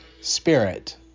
spirit